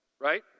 Right